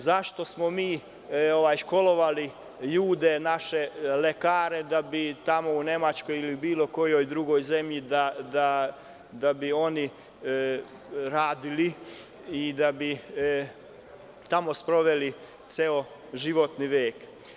Zašto smo mi školovali naše ljude, lekare, da bi tamo u Nemačkoj ili u bilo kojoj drugoj zemlji radili i da bi tamo proveli ceo životni vek?